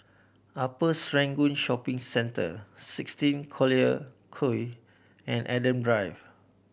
Upper Serangoon Shopping Centre sixteen Collyer Quay and Adam Drive